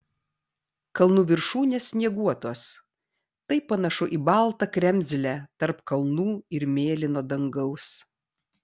kalnų viršūnės snieguotos tai panašu į baltą kremzlę tarp kalnų ir mėlyno dangaus